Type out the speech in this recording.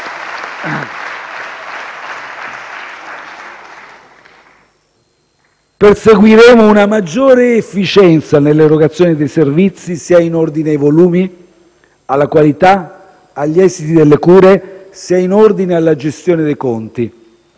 Perseguiremo una maggiore efficienza nell'erogazione dei servizi, sia in ordine ai volumi, alla qualità e agli esiti delle cure, sia in ordine alla gestione dei conti.